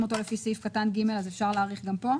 אותו לפי סעיף קטן (ג) אז אפשר להאריך גם פה?